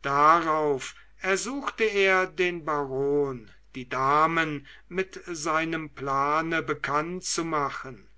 darauf ersuchte er den baron die damen mit sei nem plane bekannt zu machen